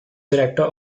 director